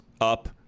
up